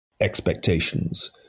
expectations